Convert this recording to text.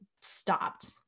stopped